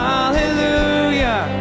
Hallelujah